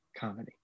comedy